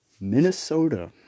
Minnesota